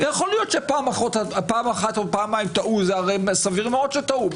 יכול להיות שפעם או פעמיים טעו סביר מאוד שטעו.